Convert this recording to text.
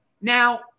now